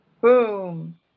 Boom